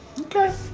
Okay